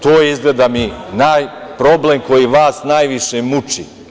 To je izgleda mi problem koji vas najviše muči.